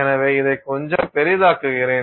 எனவே இதை கொஞ்சம் பெரிதாக்குகிறேன்